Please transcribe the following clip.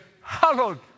Hallowed